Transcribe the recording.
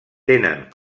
tenen